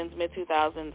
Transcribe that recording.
mid-2000s